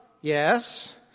Yes